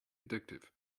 addictive